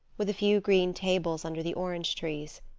with a few green tables under the orange trees.